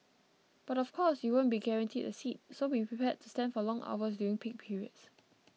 but of course you won't be guaranteed a seat so be prepared to stand for long hours during peak periods